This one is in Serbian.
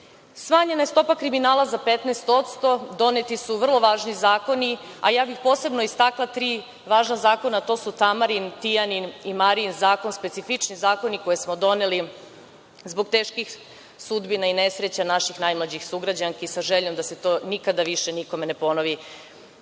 Srbije. Smanjena je stopa kriminala za 15%.Doneti su vrlo važni zakoni. Posebno bih istakla tri važna zakona, a to su „Tamarin“, „Tijanin“ i „Marijin“ zakon, specifični zakoni koje smo doneli zbog teških sudbina i nesreća naših najmlađih sugrađanki, sa željom da se to više nikada nikome ne ponovi. Drago